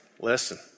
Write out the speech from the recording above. Listen